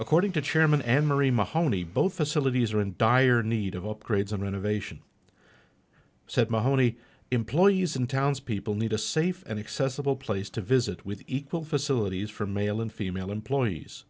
according to chairman emory mahoney both facilities are in dire need of upgrades and renovation said mahoney employees and townspeople need a safe and accessible place to visit with equal facilities for male and female employees